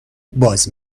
باز